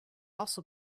also